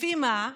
לפי מה?